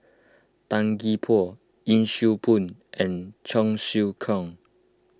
Tan Gee Paw Yee Siew Pun and Cheong Siew Keong